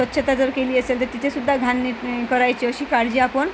स्वच्छता जर केली असेल तर तिथेसुद्धा घाण नीट करायची अशी काळजी आपण